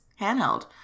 handheld